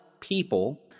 people